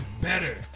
better